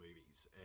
movies